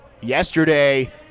Yesterday